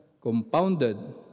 compounded